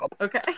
okay